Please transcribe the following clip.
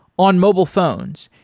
on mobile phones,